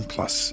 Plus